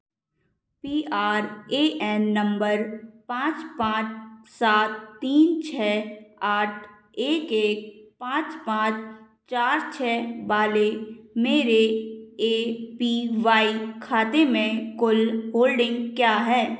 P R A N number पाँच पाँच सात तीन छः आठ एक एक पाँच पाँच चार छः वाले मेरे ए पी वाई खाते में कुल होल्डिंग क्या है